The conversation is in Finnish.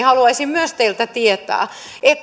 haluaisin myös teiltä tietää